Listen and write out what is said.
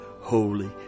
Holy